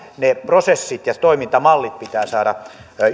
ne prosessit ja toimintamallit pitää saada